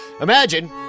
imagine